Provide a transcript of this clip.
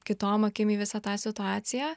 kitom akim į visą tą situaciją